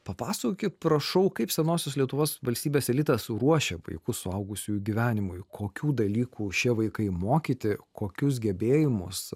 papasakokit prašau kaip senosios lietuvos valstybės elitas ruošia vaikus suaugusiųjų gyvenimui kokių dalykų šie vaikai mokyti kokius gebėjimus